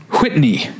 Whitney